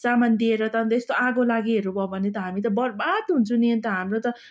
सामान दिएर त अन्त यस्तो आगोलागीहरू भयो भने त हामी त बर्बाद हुन्छौँ नि अन्त हाम्रो त